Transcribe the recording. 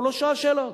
לא שאל שאלות.